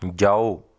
ਜਾਓ